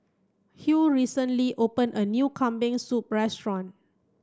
Hugh recently open a new Kambing Soup restaurant